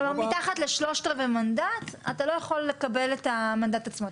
מתחת ל-3/4 מנדט אתה לא יכול לקבל את המנדט עצמו,